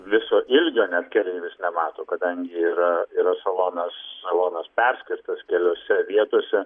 viso ilgio net keleivis nemato kadangi yra yra salonas salonas perskirtas keliose vietose